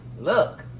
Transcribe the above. look.